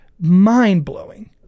mind-blowing